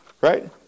Right